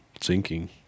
sinking